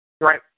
Right